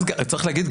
צריך להגיד,